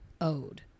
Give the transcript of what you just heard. owed